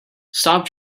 stop